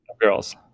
girls